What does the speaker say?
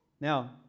Now